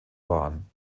wahren